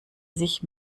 sich